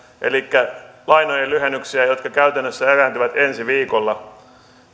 elikkä lainojen lyhennyksiä jotka käytännössä erääntyvät ensi viikolla